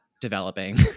developing